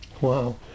wow